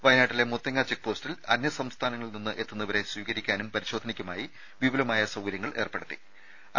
വയനാട്ടിലെ മുത്തങ്ങാ ചെക്പോസ്റ്റിൽ അന്യസംസ്ഥാനങ്ങളിൽ നിന്ന് എത്തുന്നവരെ സ്വീകരിക്കാനും പരിശോധനക്കുമായി വിപുലമായ സൌകര്യങ്ങൾ ഏർപ്പെടുത്തിയിട്ടുണ്ട്